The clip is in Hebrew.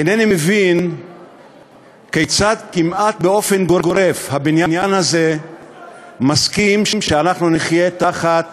אינני מבין כיצד כמעט באופן גורף הבניין הזה מסכים שאנחנו נחיה תחת